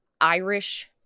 Irish